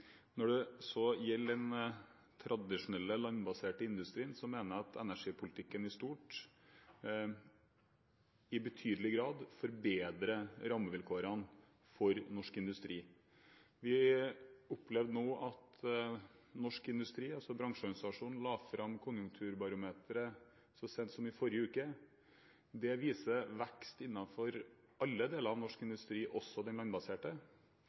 Når det så gjelder den tradisjonelle landbaserte industrien, mener jeg at energipolitikken i stort i betydelig grad forbedrer rammevilkårene for norsk industri. Norsk industri, altså bransjeorganisasjonene, la fram sitt konjunkturbarometer så sent som i forrige uke. Det viser vekst innenfor alle deler av norsk industri, også den landbaserte.